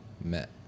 met